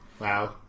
Wow